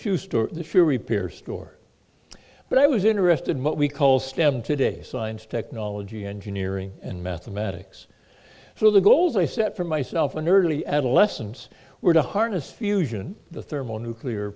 shoe store a few repairs stores but i was interested in what we call stem today science technology engineering and mathematics so the goals i set for myself in early adolescence were to harness fusion the thermonuclear